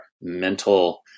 mental